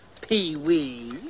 Pee-wee